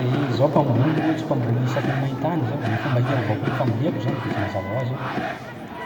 Eh, zaho mpamboly ohatsy mpamboly isaky ny maintany zaho, ny fomba iarovako ny famboleako zany de mazava hoazy hoe